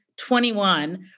21